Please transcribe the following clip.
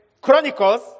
Chronicles